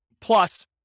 plus